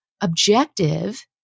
objective